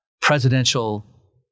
presidential